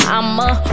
I'ma